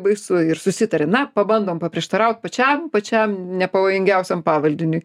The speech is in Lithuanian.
baisu ir susitaria na pabandom paprieštaraut pačiam pačiam pavojingiausiam pavaldiniui